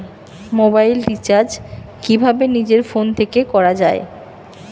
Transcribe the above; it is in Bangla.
মোবাইল রিচার্জ কিভাবে নিজের ফোন থেকে করা য়ায়?